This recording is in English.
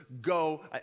go